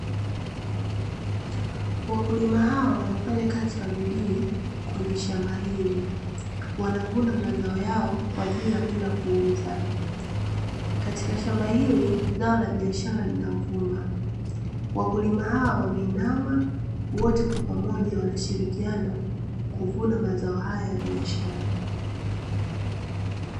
Wakulima hao wanafanya kazi kwa bidii kwenye shamba hili wanavuna mazao yao kwa ajili ya kwenda kuuza, katika shamba hili zao la biashara linavunwa, wakulima hao wameinama wote kwa pamoja wanashirikiana kuvuna mazao haya ya biashara.